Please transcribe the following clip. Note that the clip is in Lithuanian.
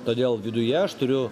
todėl viduje aš turiu